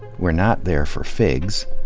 we're not there for figs.